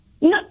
No